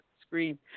screen